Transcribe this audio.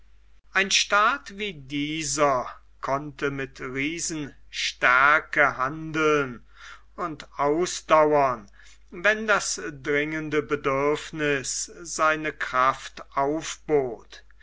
ein staat wie dieser konnte mit riesenstärke handeln und ausdauern wenn das dringende bedürfniß seine kraft aufbot